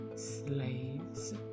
slaves